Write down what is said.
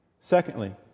Secondly